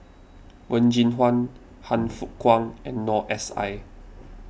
Wen Jinhua Han Fook Kwang and Noor S I